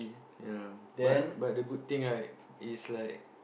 you know but but the good thing right is like